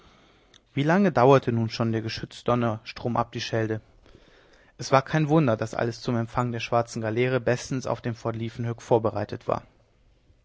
wie lange dauerte nun schon der geschützdonner stromab die schelde es war kein wunder daß alles zum empfang der schwarzen galeere bestens auf dem fort liefkenhoek vorbereitet war